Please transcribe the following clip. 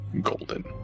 golden